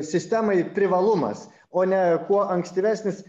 sistemai privalumas o ne kuo ankstyvesnis